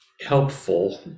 Helpful